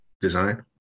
design